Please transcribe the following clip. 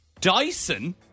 Dyson